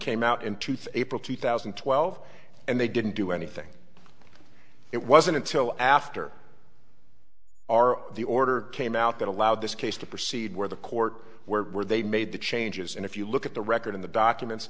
came out in two thousand and twelve and they didn't do anything it wasn't until after our the order came out that allowed this case to proceed where the court where were they made the changes and if you look at the record in the documents